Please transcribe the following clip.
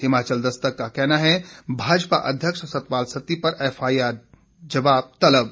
हिमाचल दस्तक का कहना है भाजपा अध्यक्ष सतपाल सत्ती पर एफआईआर जवाब तलब